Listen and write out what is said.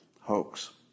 hoax